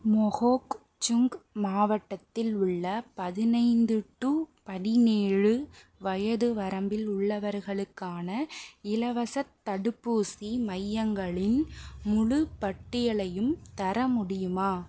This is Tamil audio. மொகோக்சுங் மாவட்டத்தில் உள்ள பதினைந்து டு பதினேழு வயது வரம்பில் உள்ளவர்களுக்கான இலவச தடுப்பூசி மையங்களின் முழு பட்டியலையும் தர முடியுமா